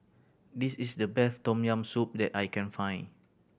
this is the best Tom Yam Soup that I can find